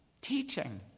teaching